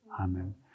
Amen